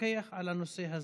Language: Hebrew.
לפקח על הנושא הזה,